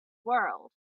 world